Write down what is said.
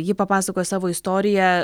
ji papasakojo savo istoriją